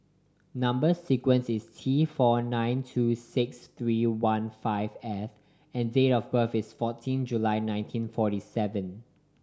number sequence is T four nine two six three one five F and date of birth is fourteen July nineteen forty seven